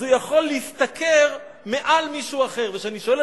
אז הוא יכול להשתכר מעל מישהו אחר.